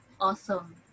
awesome